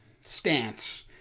stance